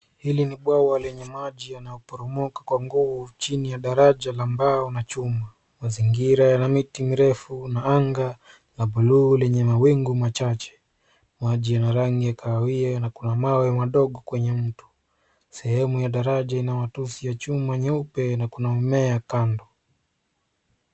Hili ni bwawa lenye maji yanayoporomoka kwa nguvu chini ya daraja la mbao na chuma. Mazingira yana miti mirefu na anga la buluu lenye mawingu machache. Maji yana rangi ya kahawia na kuna mawe madogo kwenye mto. Sehemu ya daraja inaatufsi ya chuma nyeupe na kuna mimea kando.